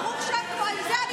לזה אני מסכימה.